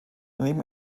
daneben